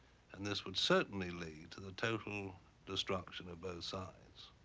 and this would certainly lead to the total destruction of both sides.